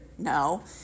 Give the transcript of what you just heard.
No